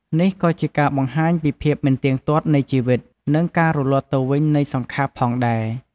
នេះក៏ជាការបង្ហាញពីភាពមិនទៀងទាត់នៃជីវិត និងការរលត់ទៅវិញនៃសង្ខារផងដែរ។